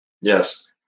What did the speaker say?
Yes